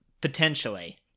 Potentially